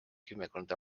kümmekond